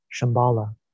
Shambhala